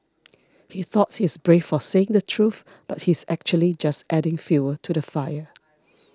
he thought he's brave for saying the truth but he's actually just adding fuel to the fire